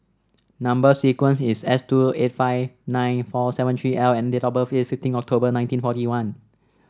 number sequence is S two eight five nine four seven three L and date of birth is fifteen October nineteen forty one